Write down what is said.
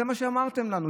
זה מה שאמרתם לנו,